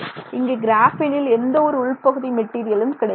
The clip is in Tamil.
இங்கே கிராஃபீனில் எந்த ஒரு உள்பகுதி மெட்டீரியல் கிடையாது